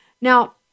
Now